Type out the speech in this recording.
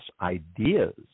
ideas